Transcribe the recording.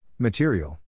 Material